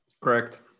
Correct